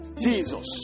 Jesus